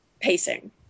pacing